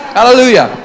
Hallelujah